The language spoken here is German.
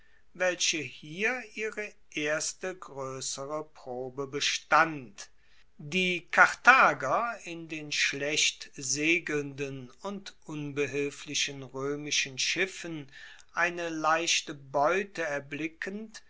welche hier ihre erste groessere probe bestand die karthager in den schlecht segelnden und unbehilflichen roemischen schiffen eine leichte beute erblickend